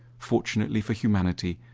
fortunately for humanity,